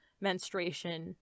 menstruation